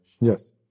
Yes